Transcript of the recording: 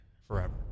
forever